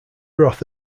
roth